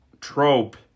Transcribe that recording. trope